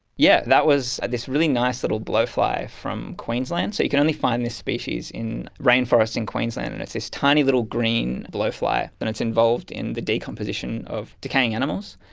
yeah that was this really nice little blowfly from queensland. so you can only find this species in rainforests in queensland and it's this tiny little green blowfly and it's involved in the decomposition of decaying animals.